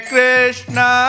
Krishna